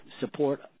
support